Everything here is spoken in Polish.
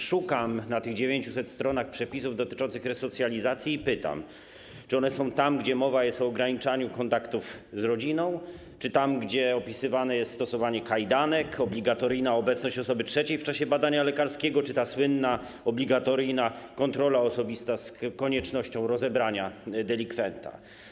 Szukam na tych 900 stronach przepisów dotyczących resocjalizacji i pytam, czy one są tam, gdzie mowa jest o ograniczaniu kontaktów z rodziną, czy tam, gdzie opisywane jest stosowane kajdanek, obligatoryjna obecność osoby trzeciej w czasie badania lekarskiego, czy słynna obligatoryjna kontrola osobista z koniecznością rozebrania delikwenta.